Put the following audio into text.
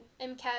MCAT